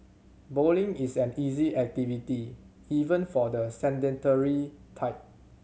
bowling is an easy activity even for the sedentary type